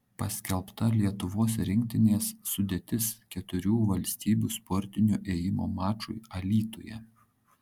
paskelbta lietuvos rinktinės sudėtis keturių valstybių sportinio ėjimo mačui alytuje